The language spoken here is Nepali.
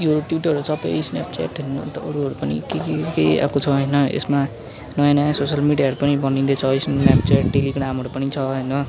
यो ट्विटरहरू सबै स्न्याप च्याटहरू अन्त अरूहरू पनि के के के आएको छ होइन यसमा नयाँ नयाँ सोसियल मिडियाहरू पनि बनिँदैछ स्न्याप च्याटदेखिको नामहरू पनि छ होइन